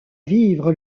vivre